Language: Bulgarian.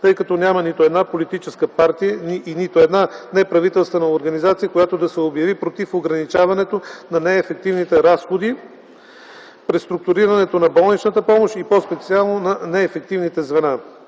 тъй като няма нито една политическа партия и нито една неправителствена организация, която да се обяви против ограничаването на неефективните разходи, преструктурирането на болничната помощ и по-специално на неефективните звена.